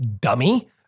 dummy